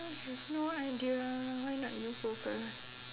I have no idea why not you go first